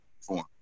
form